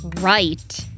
right